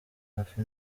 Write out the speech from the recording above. hafi